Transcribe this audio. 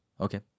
Okay